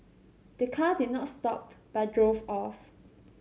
the car did not stop but drove off